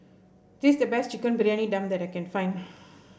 this is the best Chicken Briyani Dum that I can find